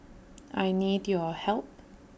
I need your help